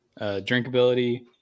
Drinkability